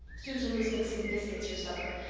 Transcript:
susan was mixing biscuits for supper.